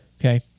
Okay